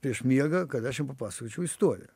prieš miegą kad aš jam papasakočiau istoriją